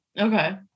Okay